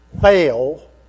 fail